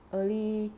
early